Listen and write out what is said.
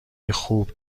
خوب